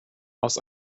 aus